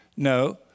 No